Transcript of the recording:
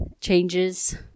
changes